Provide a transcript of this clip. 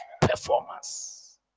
performance